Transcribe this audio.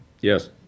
Yes